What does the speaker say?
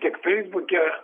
tiek feisbuke